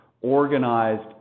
organized